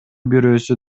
бирөөсү